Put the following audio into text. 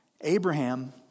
Abraham